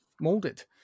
molded